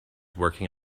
working